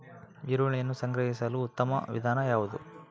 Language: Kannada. ಈರುಳ್ಳಿಯನ್ನು ಸಂಗ್ರಹಿಸಲು ಉತ್ತಮ ವಿಧಾನ ಯಾವುದು?